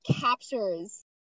captures